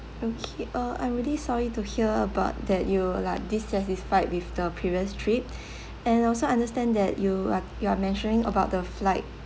okay uh I'm really sorry to hear about that you like dissatisfied with the previous trip and also understand that you are you're mentioning about the flight